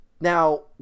Now